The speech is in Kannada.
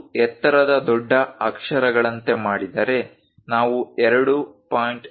ಇದು ಎತ್ತರದ ದೊಡ್ಡ ಅಕ್ಷರಗಳಂತೆ ಮಾಡಿದರೆ ನಾವು 2